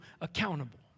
accountable